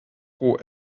roh